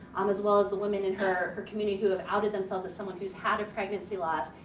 um as well as the women in her her community who have outed themselves as someone who's had a pregnancy loss,